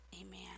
Amen